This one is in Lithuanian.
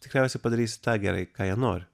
tikriausiai padarysi tą gerai ką jie nori